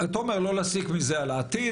אתה אומר לא להסיק מזה על העתיד.